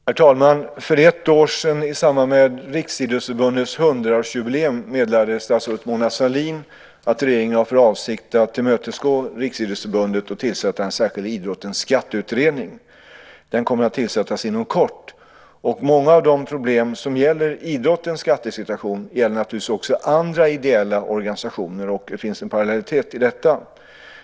Herr talman! För ett år sedan, i samband med Riksidrottsförbundets hundraårsjubileum, meddelade statsrådet Mona Sahlin att regeringen har för avsikt att tillmötesgå Riksidrottsförbundet och tillsätta en särskild idrottens skatteutredning. Den kommer att tillsättas inom kort. Många av de problem som gäller idrottens skattesituation gäller naturligtvis också andra ideella organisationer, och det finns en parallellitet i detta.